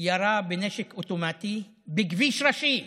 ירה בנשק אוטומטי בכביש ראשי,